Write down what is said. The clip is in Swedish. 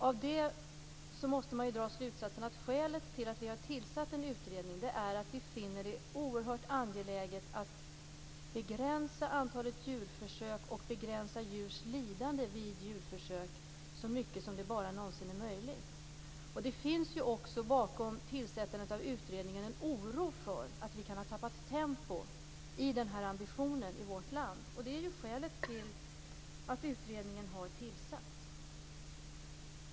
Av detta måste man dra slutsatsen att skälet till att vi har tillsatt en utredning är att vi finner det oerhört angeläget att begränsa antalet djurförsök och begränsa djurs lidande vid djurförsök så mycket som det bara någonsin är möjligt. Det finns också bakom tillsättandet av utredningen en oro för att vi kan ha tappat tempo i den ambitionen i vårt land. Det är skälet till att utredningen har tillsatts.